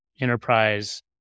enterprise